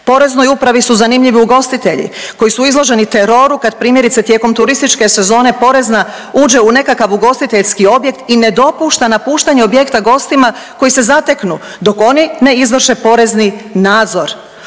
Poreznoj upravi su zanimljivi ugostitelji koji su izloženi teroru kad primjerice tijekom turističke sezone porezna uđe u nekakav ugostiteljski objekt i ne dopušta napuštanje objekta gostima koji se zateknu, dok oni ne izvrše porezni nadzor.